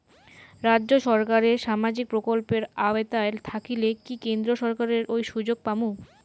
রাজ্য সরকারের সামাজিক প্রকল্পের আওতায় থাকিলে কি কেন্দ্র সরকারের ওই সুযোগ পামু?